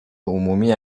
عمومی